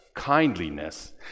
kindliness